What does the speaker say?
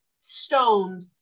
stoned